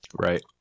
Right